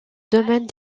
domaine